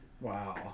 Wow